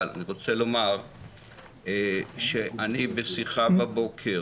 אבל אני רוצה לומר שאני בשיחה הבוקר